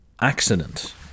accident